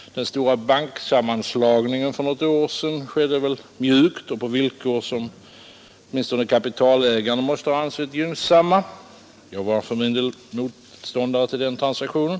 Den stora banksammanslagningen för något år sedan genomfördes mjukt och på villkor som åtminstone kapitalägarna måste ha ansett gynnsamma. Jag var för min del motståndare till den transaktionen.